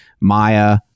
Maya